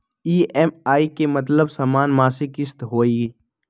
EMI के मतलब समान मासिक किस्त होहई?